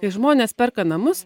kai žmonės perka namus